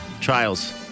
trials